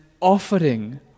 offering